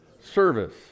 Service